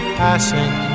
passing